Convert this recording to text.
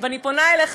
ואני פונה אליך,